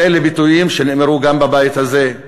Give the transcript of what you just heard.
כל אלה ביטויים שנאמרו גם בבית הזה.